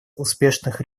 успешных